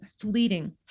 fleeting